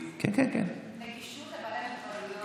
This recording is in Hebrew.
נגישות לבעלי מוגבלויות?